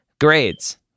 Grades